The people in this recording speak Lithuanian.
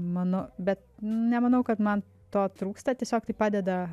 mano bet nemanau kad man to trūksta tiesiog tai padeda